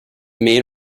main